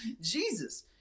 Jesus